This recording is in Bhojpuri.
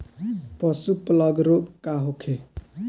पशु प्लग रोग का होखे?